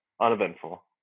uneventful